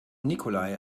nikolai